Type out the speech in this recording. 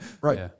Right